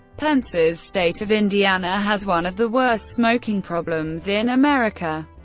pence's state of indiana has one of the worst smoking problems in america.